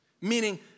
Meaning